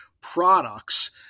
products